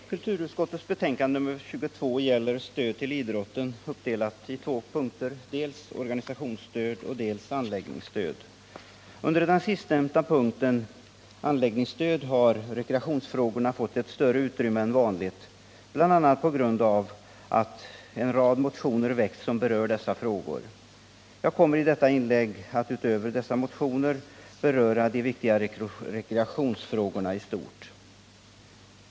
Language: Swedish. Herr talman! Kulturutskottets betänkande nr 22 gäller stöd till idrotten uppdelat på två punkter, dels organisationsstöd och dels anläggningsstöd. Under den sistnämnda punkten anläggningsstöd har rekreationsfrågorna fått ett större utrymme än vanligt, bl.a. på grund av att en rad motioner har väckts som berör dessa frågor. Jag kommer att i detta inlägg, utöver motionerna, beröra de viktiga rekreationsfrågorna i stort.